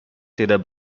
tidak